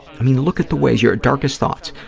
i mean, look at the way, your darkest thoughts.